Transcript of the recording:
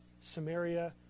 Samaria